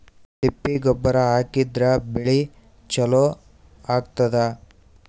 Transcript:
ತಿಪ್ಪಿ ಗೊಬ್ಬರ ಹಾಕಿದ್ರ ಬೆಳಿ ಚಲೋ ಆಗತದ?